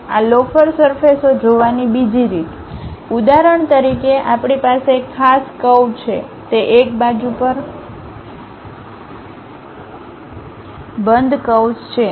આ લોફર સરફેસ ઓ જોવાની બીજી રીત ઉદાહરણ તરીકે આપણી પાસે એક ખાસ કર્વ્સ છે તે એક બાજુ પર બંધ કર્વ્સ છે